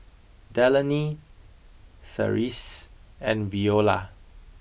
Delaney Therese and Viola